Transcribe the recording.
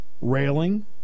Railing